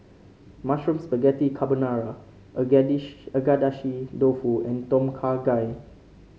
Mushroom Spaghetti Carbonara Agedashi Dofu and Tom Kha Gai